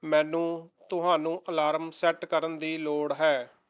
ਮੈਨੂੰ ਤੁਹਾਨੂੰ alarm set ਕਰਨ ਦੀ ਲੋੜ ਹੈ